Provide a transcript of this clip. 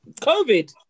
COVID